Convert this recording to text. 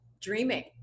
dreaming